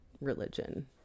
religion